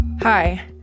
Hi